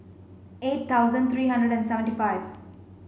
eight thousand three hundred and seventy five